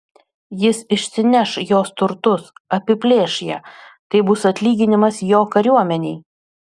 jis išsineš jos turtus apiplėš ją tai bus atlyginimas jo kariuomenei